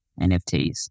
nfts